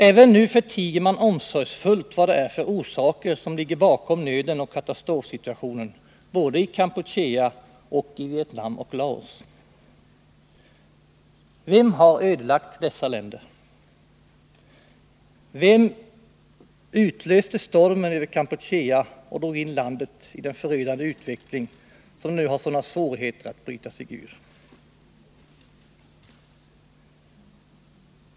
Även nu förtiger man omsorgsfullt vad det är för orsaker som ligger bakom nöden och katastrofsituationen både i Kampuchea och i Vem har ödelagt dessa länder? Vem utlöste stormen över Kampuchea och drog in landet i den förödande utveckling som det nu har sådana svårigheter att bryta sig ur?